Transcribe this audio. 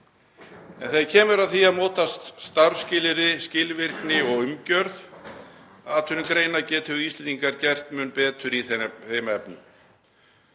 En þegar kemur að því að móta starfsskilyrði, skilvirkni og umgjörð atvinnugreina getum við Íslendingar gert mun betur í þeim efnum.